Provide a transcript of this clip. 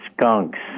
skunks